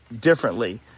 differently